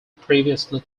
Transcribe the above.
previously